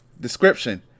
description